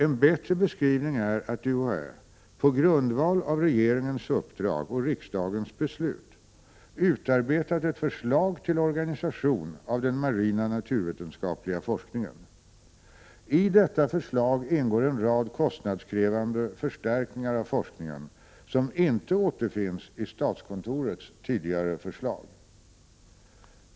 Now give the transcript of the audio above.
En bättre beskrivning är att UHÄ, på grundval av regeringens uppdrag och riksdagens beslut, utarbetat ett förslag till organisation av den marina naturvetenskapliga forskningen. I detta förslag ingår en rad kostnadskrävande förstärkningar av forskningen som inte återfinns i statskontorets tidigare förslag.